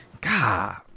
God